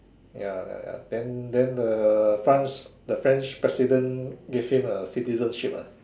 ya ya ya then then the France the French president gave him a citizenship ah